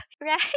Right